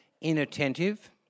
inattentive